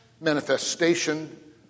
manifestation